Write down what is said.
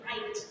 right